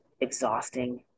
exhausting